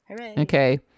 Okay